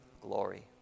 glory